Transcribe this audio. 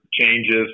changes